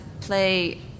play